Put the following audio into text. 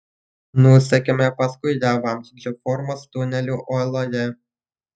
nusekėme paskui ją vamzdžio formos tuneliu uoloje